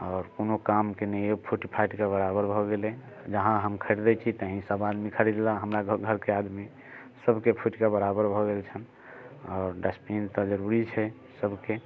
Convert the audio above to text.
आओर कोनो कामके नहि अय ओ फूटि फाटिके बराबर भऽ गेलै जहाँ हम खरदै छी तहि सब आदमी खरीदलक हमरा घरके आदमी सबके फूटिके बराबर भऽ गेल छनि आओर डस्टबिन तऽ जरूरी छै सबके